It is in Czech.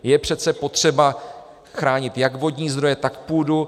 Je přece potřeba chránit jak vodní zdroje, tak půdu.